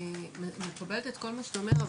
אני מקבלת את כל מה שאתה אומר,